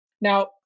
Now